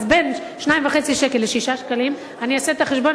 אז בין 2.5 שקלים ל-6 שקלים אני אעשה את החשבון,